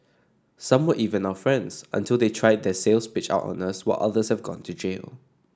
some were even our friends until they tried their sales pitch out on us while others have gone to jail